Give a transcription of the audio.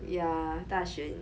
yeah 大选